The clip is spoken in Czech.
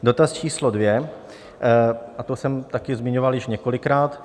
Dotaz číslo dvě a to jsem taky zmiňoval již několikrát.